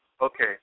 Okay